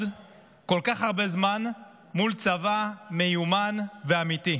כל כך הרבה זמן מול צבא מיומן ואמיתי?